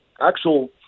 actual